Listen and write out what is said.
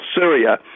Syria